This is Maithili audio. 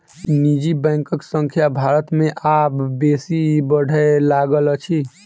निजी बैंकक संख्या भारत मे आब बेसी बढ़य लागल अछि